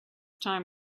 time